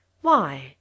Why